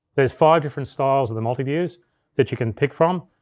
there's five different styles of the multiviews that you can pick from.